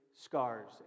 Scars